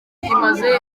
imaze